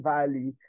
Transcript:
Valley